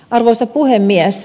arvoisa puhemies